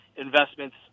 investments